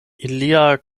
ilia